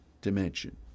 dimension